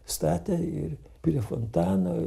statė ir prie fontano